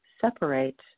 separate